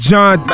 John